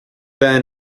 ben